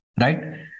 right